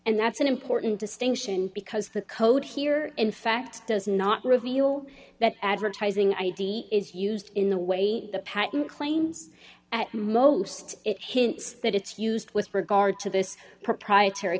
and that's an important distinction because the code here in fact does not reveal that advertising id is used in the way the patent claims at most it hints that it's used with regard to this proprietary